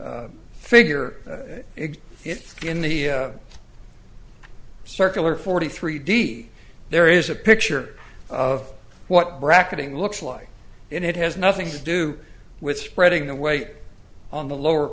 if it's in the circular forty three d there is a picture of what bracketing looks like it has nothing to do with spreading the weight on the lower